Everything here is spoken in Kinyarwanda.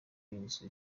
inzu